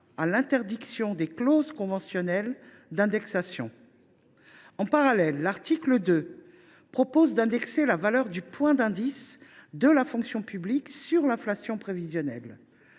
à l’interdiction des clauses conventionnelles d’indexation. En parallèle, l’article 2 indexe la valeur du point d’indice de la fonction publique sur l’inflation prévisionnelle.